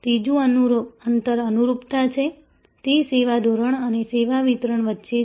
ત્રીજું અંતર અનુરૂપતા છે તે સેવા ધોરણ અને સેવા વિતરણ વચ્ચે છે